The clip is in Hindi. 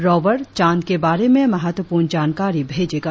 रोवर चांद के बारे में महत्वपूर्ण जानकारी भेजेगा